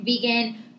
vegan